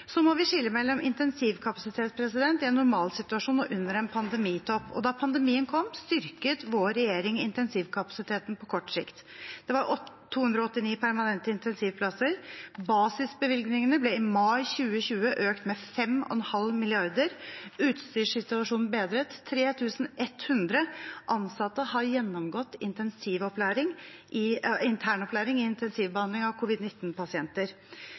må skille mellom intensivkapasitet i en normalsituasjon og under en pandemitopp. Da pandemien kom, styrket vår regjering intensivkapasiteten på kort sikt. Det var 289 permanente intensivplasser. Basisbevilgningene ble i mai 2020 økt med 5,5 mrd. kr, utstyrssituasjonen ble bedret, og 3 100 ansatte har gjennomgått internopplæring i intensivbehandling av